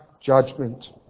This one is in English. judgment